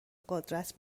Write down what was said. قدرت